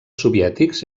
soviètics